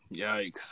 Yikes